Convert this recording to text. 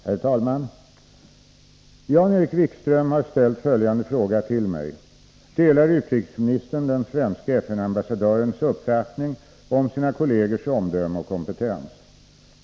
Herr talman! Jan-Erik Wikström har ställt följande fråga till mig: Delar utrikesministern den svenske FN-ambassadörens uppfattning om sina kollegers omdöme och kompetens?